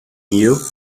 you